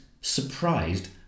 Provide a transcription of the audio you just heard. surprised